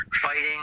fighting